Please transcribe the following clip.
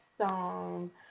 song